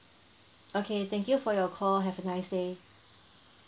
okay thank you for your call have a nice day